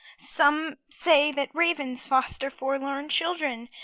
some say that ravens foster forlorn children,